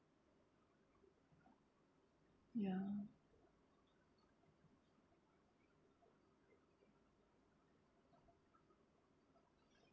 ya